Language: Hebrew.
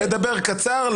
לדבר קצר,